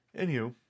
Anywho